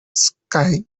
sky